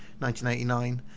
1989